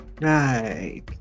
Right